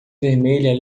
vermelha